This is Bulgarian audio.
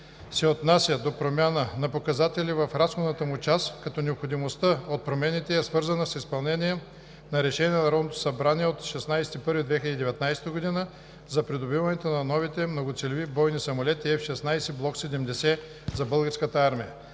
се отнася до промяна на показатели в разходната му част, като необходимостта от промените е свързана с изпълнението на решение на Народното събрание от 16 януари 2019 г. за придобиването на новите многоцелеви бойни самолети F-16 Block 70 за Българската армия.